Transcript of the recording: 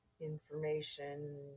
information